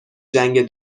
جنگ